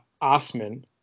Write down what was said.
osman